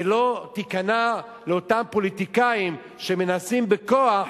ולא תיכנע לאותם פוליטיקאים שמנסים בכוח